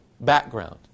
background